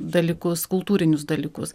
dalykus kultūrinius dalykus